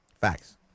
Facts